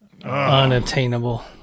unattainable